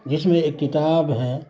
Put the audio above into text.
جس میں ایک کتاب ہے